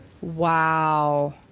Wow